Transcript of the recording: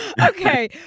Okay